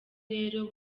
rero